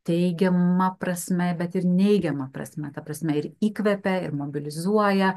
teigiama prasme bet ir neigiama prasme ta prasme ir įkvepia ir mobilizuoja